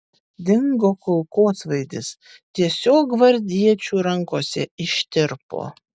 dingo kulkosvaidis tiesiog gvardiečių rankose ištirpo